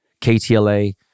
KTLA